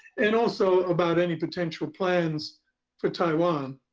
and also about any potential plans for taiwan.